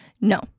No